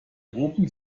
open